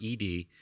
ED